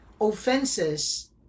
offenses